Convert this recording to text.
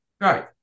Right